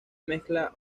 mezcla